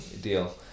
deal